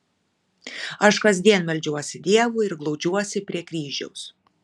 aš kasdien meldžiuosi dievui ir glaudžiuosi prie kryžiaus